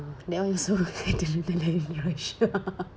ah that one also I didn't have any rush